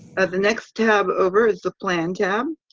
ah the next tab over is the plan tab,